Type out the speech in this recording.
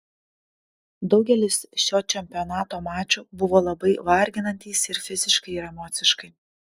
daugelis šio čempionato mačų buvo labai varginantys ir fiziškai ir emociškai